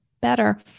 better